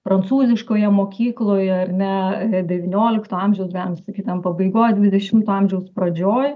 prancūziškoje mokykloje ar ne devyniolikto amžiaus galima sakyt ten pabaigoj dvidešimto amžiaus pradžioj